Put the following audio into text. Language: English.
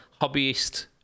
hobbyist